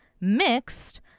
mixed